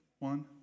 One